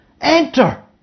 Enter